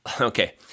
Okay